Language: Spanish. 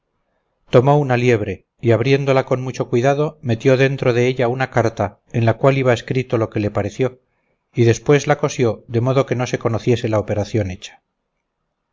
tomó una liebre y abriéndola con mucho cuidado metió dentro de ella una carta en la cual iba escrito lo que le pareció y después la cosió de modo que no se conociese la operación hecha